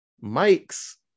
Mike's